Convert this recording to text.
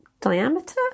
diameter